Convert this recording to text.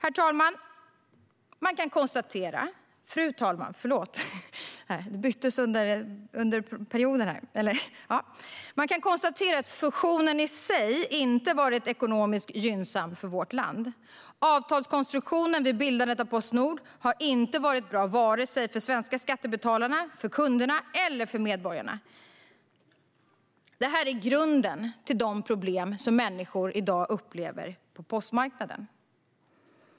Fru talman! Man kan konstatera att fusionen i sig inte varit ekonomiskt gynnsam för vårt land. Avtalskonstruktionen vid bildandet av Postnord har inte varit bra vare sig för svenska skattebetalare, kunder eller medborgare. Det här är grunden till de problem som människor i dag upplever på postmarknaden.